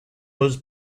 was